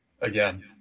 Again